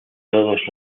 todos